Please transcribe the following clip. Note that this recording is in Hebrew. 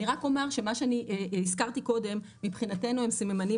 אני רק אומר שמה שהזכרתי קודם מבחינתנו הם סממנים